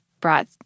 brought